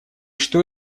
что